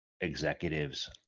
executives